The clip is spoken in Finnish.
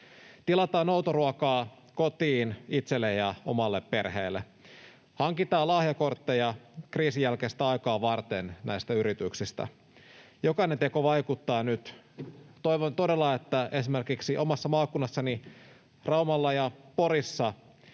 Tilataan noutoruokaa kotiin itselle ja omalle perheelle, hankitaan lahjakortteja kriisin jälkeistä aikaa varten näistä yrityksistä. Jokainen teko vaikuttaa nyt. Toivon todella, että esimerkiksi omassa maakunnassani Raumalla ja Porissa